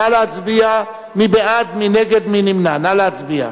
נא להצביע.